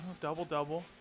double-double